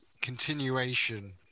continuation